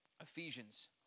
Ephesians